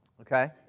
Okay